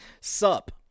Sup